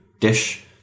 dish